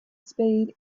spade